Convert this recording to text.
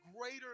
greater